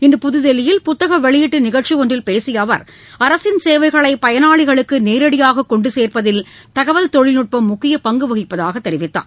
இன்று புதுதில்லியில் புத்தக வெளியீட்டு நிகழ்ச்சி ஒன்றில் பேசிய அவர் அரசின் சேவைகளை பயனாளிகளுக்கு நேரடியாக கொண்டு சேர்ப்பதில் தகவல் தொழில்நட்பம் ழுக்கிய பங்கு வகிப்பதாக தெரிவித்தார்